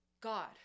God